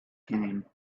came